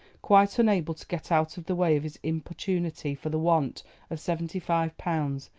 quite unable to get out of the way of his importunity for the want of seventy-five pounds,